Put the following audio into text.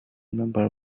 remember